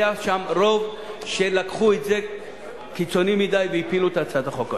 היה שם רוב שלקחו את זה קיצוני מדי והפילו את הצעת החוק הזאת.